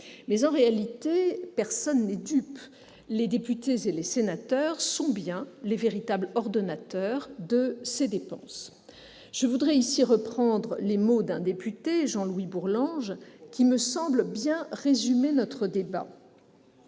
Mais, en réalité, personne n'est dupe : les députés et les sénateurs sont bien les véritables ordonnateurs de ces dépenses. Je vais reprendre ici les mots d'un député, Jean-Louis Bourlanges, qui me semblent bien résumer notre débat.